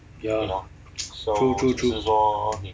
ya true true true